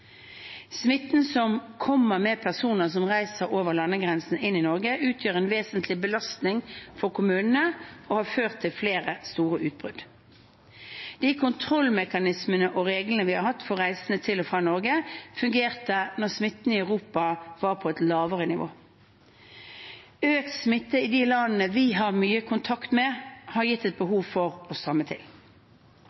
som kommer med personer som reiser over landegrensen inn i Norge, utgjør en vesentlig belastning for kommunene og har ført til flere store utbrudd. De kontrollmekanismene og reglene vi har hatt for reisende til og fra Norge, fungerte da smitten i Europa var på et lavere nivå. Økt smitte i de landene vi har mye kontakt med, har gitt et